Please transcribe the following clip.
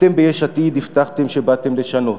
אתם, ביש עתיד, הבטחתם שבאתם לשנות.